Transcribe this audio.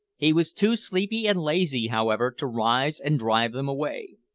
he was too sleepy and lazy, however, to rise and drive them away.